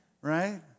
Right